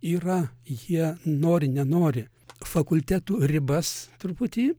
yra jie nori nenori fakultetų ribas truputį